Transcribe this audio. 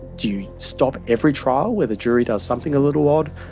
do you stop every trial where the jury does something a little odd?